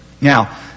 Now